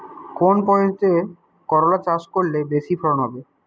কোন পদ্ধতিতে করলা চাষ করলে বেশি ফলন হবে?